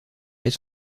est